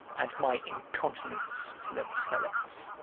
and my incontinence to the prelates.